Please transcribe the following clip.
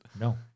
No